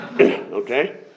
okay